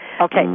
Okay